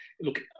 look